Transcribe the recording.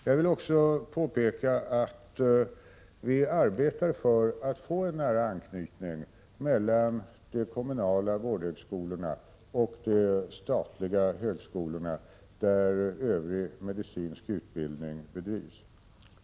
Jag vill också påpeka att vi arbetar för att få en nära anknytning mellan de kommunala vårdhögskolorna och de statliga högskolorna, där övrig medicinsk utbildning bedrivs.